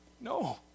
No